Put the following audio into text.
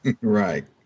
Right